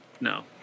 No